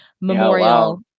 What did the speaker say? memorial